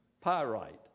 pyrite